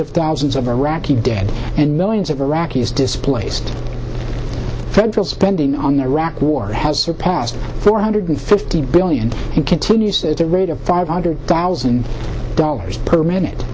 of thousands of iraqi dead and millions of iraqis displaced federal spending on the iraq war has surpassed four hundred fifty billion and continues that the rate of five hundred thousand dollars per minute